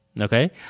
okay